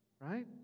right